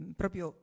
proprio